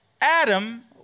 Adam